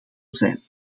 zijn